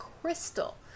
crystal